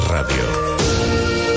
Radio